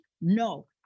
no